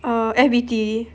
err F_B_T